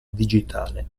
digitale